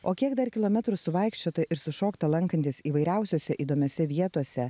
o kiek dar kilometrų suvaikščiota ir sušokta lankantis įvairiausiuose įdomiose vietose